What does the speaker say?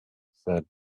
said